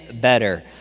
better